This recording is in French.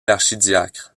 l’archidiacre